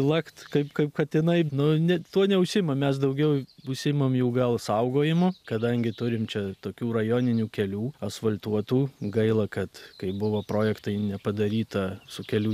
lakt kaip kaip katinai nu ne tuo neužsiimam mes daugiau užsiimam jau gal saugojimu kadangi turime čia tokių rajoninių kelių asfaltuotų gaila kad kai buvo projektai nepadaryta su kelių